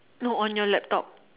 no on your laptop